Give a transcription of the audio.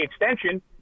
extension